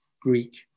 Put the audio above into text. Greek